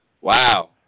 Wow